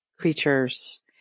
Creatures